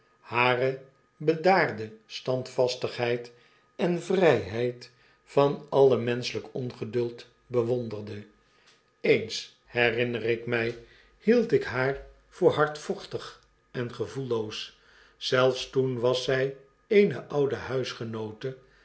hare bedaard standvastigheid en vrijheid van alle menschelijk ongeduld bewonderde sens herinner ik mij hield ik haar voor hardvochtig en gevoelloos zelfs toen was zij eene oude huisgenoote